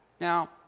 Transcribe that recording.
Now